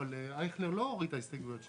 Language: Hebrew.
אייכלר לא הוריד את ההסתייגויות שלו.